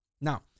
Now